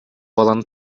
баланы